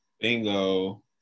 Bingo